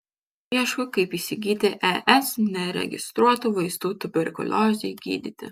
ieško kaip įsigyti es neregistruotų vaistų tuberkuliozei gydyti